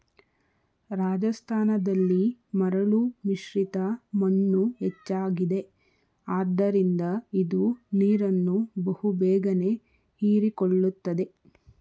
ರಾಜಸ್ಥಾನದಲ್ಲಿ ಮರಳು ಮಿಶ್ರಿತ ಮಣ್ಣು ಹೆಚ್ಚಾಗಿದೆ ಆದ್ದರಿಂದ ಇದು ನೀರನ್ನು ಬಹು ಬೇಗನೆ ಹೀರಿಕೊಳ್ಳುತ್ತದೆ